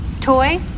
toy